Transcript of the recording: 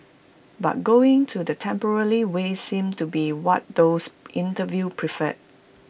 but going to the way seems to be what those interviewed prefer